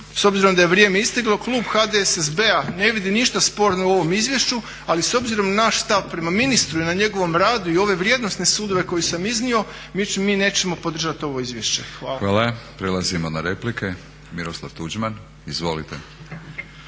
s obzirom da je vrijeme isteklo. Klub HDSSB-a ne vidi ništa sporno u ovom izvješću ali s obzirom na naš stav prema ministru i njegovom radu i ove vrijednosne sudove koje sam iznio mi nećemo podržati ovo izvješće. Hvala. **Batinić, Milorad (HNS)** Hvala. Prelazimo na replike. Miroslav Tuđman, izvolite.